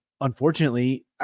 unfortunately